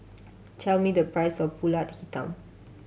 tell me the price of Pulut Hitam